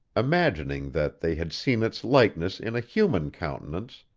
imagining that they had seen its likeness in a human countenance,